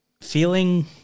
feeling